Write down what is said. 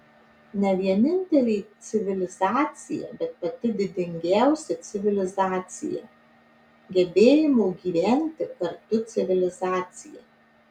ne vienintelė civilizacija bet pati didingiausia civilizacija gebėjimo gyventi kartu civilizacija